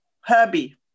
Herbie